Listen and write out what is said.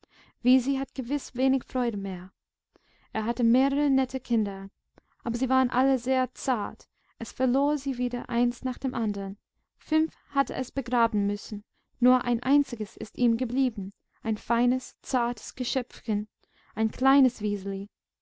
schon wisi hatte gewiß wenig freude mehr er hatte mehrere nette kinder aber sie waren alle sehr zart es verlor sie wieder eins nach dem anderen fünf hatte es begraben müssen nur ein einziges ist ihm geblieben ein feines zartes geschöpfchen ein kleines wiseli